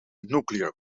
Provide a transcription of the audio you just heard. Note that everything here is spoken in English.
nuclear